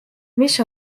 mis